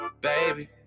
Baby